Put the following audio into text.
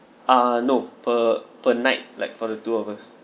ah no per per night like for the two of us